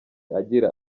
agira